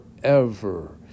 forever